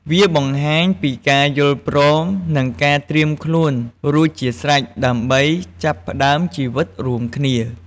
វាបង្ហាញពីការយល់ព្រម និងការត្រៀមខ្លួនរួចជាស្រេចដើម្បីចាប់ផ្តើមជីវិតរួមគ្នា។